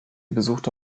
besuchte